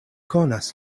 konas